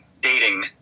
dating